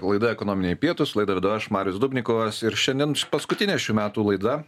laida ekonominiai pietūs laidą vedu aš marius dubnikovas ir šiandien paskutinė šių metų laida